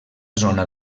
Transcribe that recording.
zona